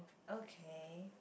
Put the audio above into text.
okay